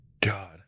god